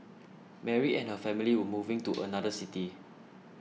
Mary and her family were moving to another city